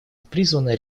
призвано